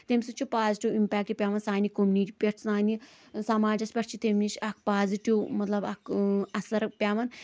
تمہِ سۭتۍ چھُ پازِٹِیو اِمپیکٹ پٮ۪وان سانہِ کومنِٹی پیٹھ سانہٕ سماجس پیٹھ چھُ تمہِ نِش اکھ پازِٹِیو مطلب اکھ اثر پٮ۪وان